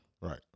Right